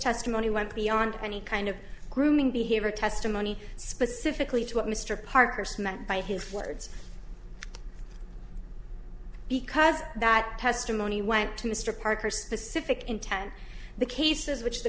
testimony went beyond any kind of grooming behavior testimony specifically to what mr parkhurst meant by his words because that testimony went to mr parker specific intent the cases which the